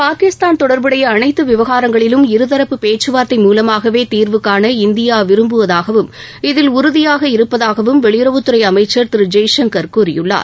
பாகிஸ்தான் தொடர்புடைய அனைத்து விவகாரங்களிலும் இருதரப்பு பேச்சுவார்த்தை மூலமாகவே தீர்வுகாண இந்தியா விரும்புவதாகவும் இதில் உறுதியாக இருப்பதாகவும் வெளியுறவுத்துறை அமைச்ச் திரு ஜெய்சங்கர் கூறியுள்ளார்